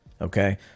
okay